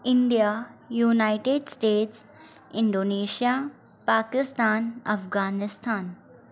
India united state Indonesia Pakistan Afghanistan